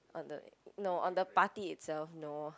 on the no on the party itself no